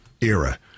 era